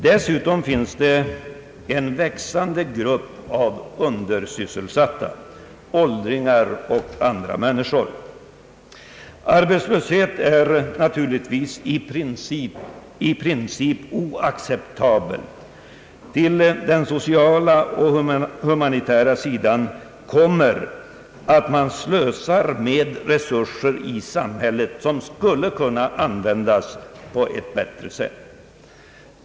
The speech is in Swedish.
Dessutom finns det en växande grupp av undersysselsatta, åldringar och andra människor. Arbetslöshet är naturligtvis i princip oacceptabel. Till den sociala och humanitära sidan kommer att man slösar med resurser i samhället som skulle kunna användas på ett bättre sätt.